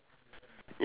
eleven